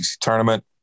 tournament